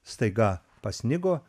staiga pasnigo